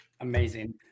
amazing